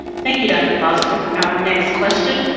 thank you, dr. foster. our next question.